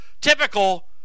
typical